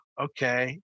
okay